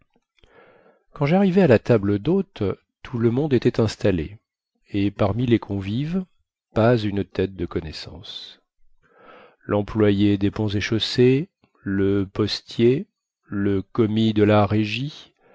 quand jarrivai à la table dhôte tout le monde était installé et parmi les convives pas une tête de connaissance lemployé des ponts et chaussées le postier le commis de la régie